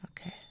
Okay